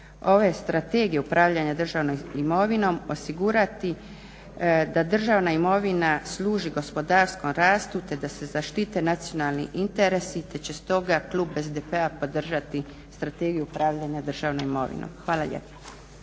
ove Strategije upravljanja državnom imovinom osigurati da državna imovina služi gospodarskom rastu te da se zaštite nacionalni interesi te će stoga klub SDP-a podržati Strategiju upravljanja državnom imovinom. Hvala lijepa.